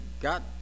got